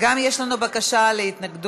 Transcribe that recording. יש לנו גם בקשה להתנגדות,